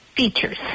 Features